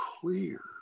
clear